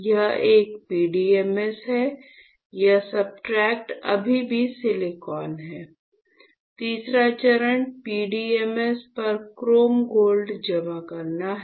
यह एक PDMS है यह सब्सट्रेट अभी भी सिलिकॉन है तीसरा चरण PDMS पर क्रोम गोल्ड जमा करना है